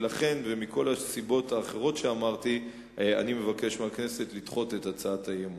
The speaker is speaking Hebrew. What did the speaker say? ומכל הסיבות האחרות שאמרתי אני מבקש מהכנסת לדחות את הצעת האי-אמון.